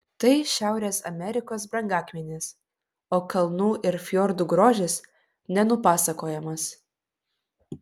tai šiaurės amerikos brangakmenis o kalnų ir fjordų grožis nenupasakojamas